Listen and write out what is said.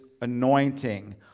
anointing